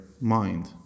mind